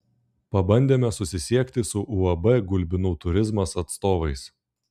pabandėme susisiekti su uab gulbinų turizmas atstovais